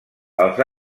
els